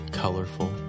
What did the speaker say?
colorful